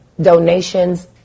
Donations